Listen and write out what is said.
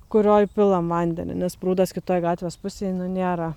kurioj pilam vandenį nes prūdas kitoj gatvės pusėj nu nėra